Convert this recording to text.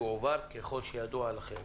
שהועבר ככל שידוע לכם.